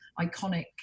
iconic